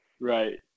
Right